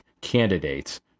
candidates